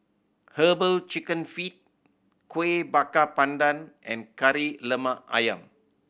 Herbal Chicken Feet Kuih Bakar Pandan and Kari Lemak Ayam